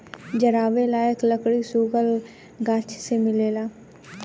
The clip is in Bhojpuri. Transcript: जरावे लायक लकड़ी सुखल गाछ से मिलेला